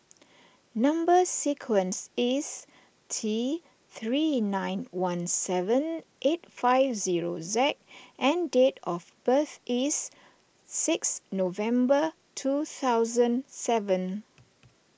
Number Sequence is T three nine one seven eight five zero Z and date of birth is six November two thousand seven